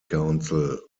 council